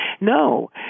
No